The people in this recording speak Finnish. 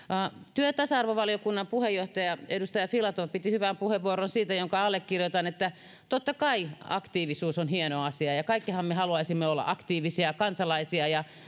työ ja tasa arvovaliokunnan puheenjohtaja edustaja filatov piti hyvän puheenvuoron jonka allekirjoitan siitä että totta kai aktiivisuus on hieno asia ja kaikkihan me haluaisimme olla aktiivisia kansalaisia ja